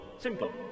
Simple